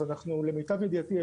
אז למיטב ידיעתי,